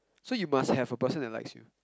so you must have a person that likes you